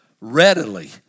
readily